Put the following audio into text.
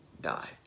die